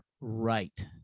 right